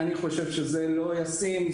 אני חושב שזה לא ישים,